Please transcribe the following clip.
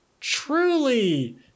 truly